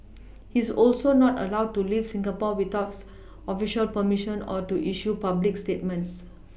he is also not allowed to leave Singapore without official perMission or to issue public statements